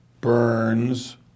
Burns